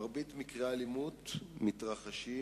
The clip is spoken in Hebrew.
מרבית מקרי האלימות מתרחשים,